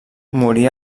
morí